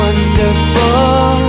Wonderful